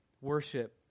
worship